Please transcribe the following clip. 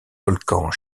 volcans